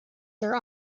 are